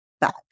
back